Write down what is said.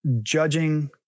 Judging